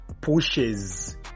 pushes